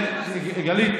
גלית,